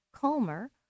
calmer